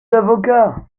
d’avocat